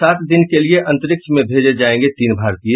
सात दिन के लिए अंतरिक्ष में भेजे जायेंगे तीन भारतीय